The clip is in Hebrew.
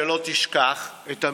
שלא תשכח, את המכתב.